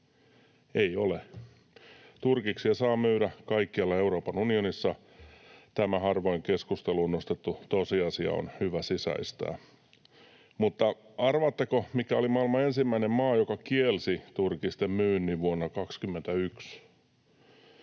Ei ole. Turkiksia saa myydä kaikkialla Euroopan unionissa. Tämä harvoin keskusteluun nostettu tosiasia on hyvä sisäistää. Mutta arvaatteko, mikä oli maailman ensimmäinen maa, joka kielsi turkisten myynnin vuonna 21?